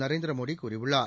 நரேந்திரமோடி கூறியுள்ளார்